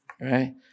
right